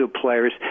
players